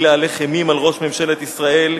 היא להלך אימים על ראש ממשלת ישראל,